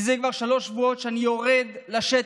זה כבר שלושה שבועות אני יורד לשטח,